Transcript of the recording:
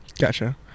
Gotcha